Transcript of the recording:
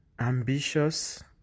ambitious